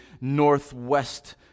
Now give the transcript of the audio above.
northwest